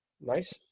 Nice